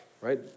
right